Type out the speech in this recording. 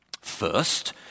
First